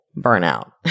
burnout